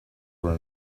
were